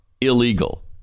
illegal